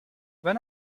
when